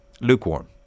lukewarm